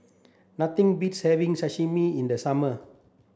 nothing beats having Sashimi in the summer